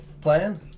plan